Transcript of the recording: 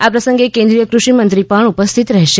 આ પ્રસંગે કેન્દ્રીય કૃષિ મંત્રી પણ ઉપસ્થિત રહેશે